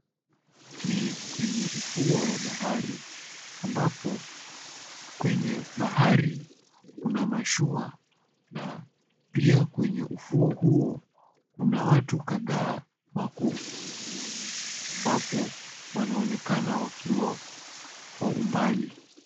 Ni kwenye ufuo wa bahari ambapo kwenye bahari kuna mashua na pia kwenye ufuo huo kuna watu kadhaa wako ufuoni ambapo wanaonekana wakiwa kwa umbali.